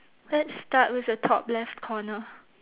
let's start with the top left corner